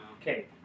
Okay